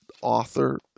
author